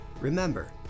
Remember